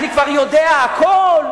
אני כבר יודע הכול.